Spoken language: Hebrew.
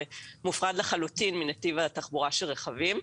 מופרד לחלוטין מנתיב התחבורה של רכבים.